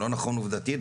דבר שני,